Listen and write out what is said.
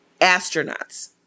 astronauts